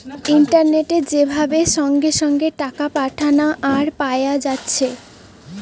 ইন্টারনেটে যে ভাবে সঙ্গে সঙ্গে টাকা পাঠানা আর পায়া যাচ্ছে